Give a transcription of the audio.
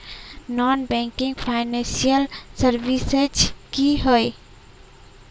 Non banking financial services की होय?